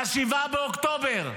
מ-7 באוקטובר.